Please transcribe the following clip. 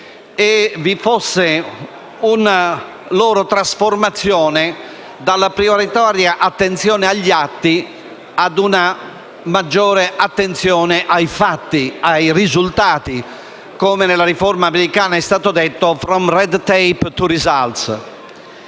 comune e la loro trasformazione dalla prioritaria attenzione agli atti a una maggiore attenzione ai fatti e ai risultati; come nella riforma americana è stato detto, *from red tape to results*.